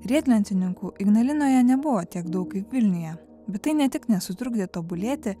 riedlentininkų ignalinoje nebuvo tiek daug kaip vilniuje bet tai ne tik nesutrukdė tobulėti